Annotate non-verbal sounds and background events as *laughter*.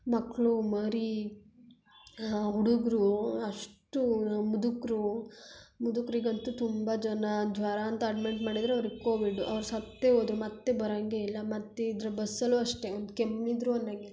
ಮಕ್ಕಳು ಮರಿ ಹುಡುಗರು ಅಷ್ಟು ಮುದುಕರು ಮುದುಕರಿಗಂತೂ ತುಂಬ ಜನ ಜ್ವರ ಅಂತ ಅಡ್ಮೆಂಟ್ ಮಾಡಿದ್ರು ಅವ್ರಿಗೆ ಕೋವಿಡ್ಡು ಅವ್ರು ಸತ್ತೇ ಹೋದ್ರು ಮತ್ತೆ ಬರಂಗೆ ಇಲ್ಲ ಮತ್ತು ಇದ್ರ ಬಸ್ಸಲ್ಲೂ ಅಷ್ಟೇ ಒಂದು ಕೆಮ್ಮಿದರೂ *unintelligible*